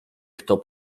kto